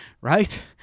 right